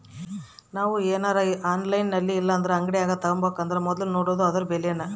ನಾವು ಏನರ ಆನ್ಲೈನಿನಾಗಇಲ್ಲಂದ್ರ ಅಂಗಡ್ಯಾಗ ತಾಬಕಂದರ ಮೊದ್ಲು ನೋಡಾದು ಅದುರ ಬೆಲೆ